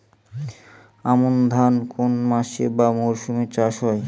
আমন ধান কোন মাসে বা মরশুমে চাষ হয়?